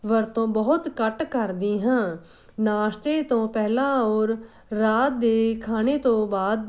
ਵਰਤੋਂ ਬਹੁਤ ਘੱਟ ਕਰਦੀ ਹਾਂ ਨਾਸ਼ਤੇ ਤੋਂ ਪਹਿਲਾਂ ਔਰ ਰਾਤ ਦੇ ਖਾਣੇ ਤੋਂ ਬਾਅਦ